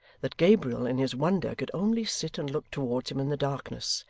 that gabriel, in his wonder, could only sit and look towards him in the darkness,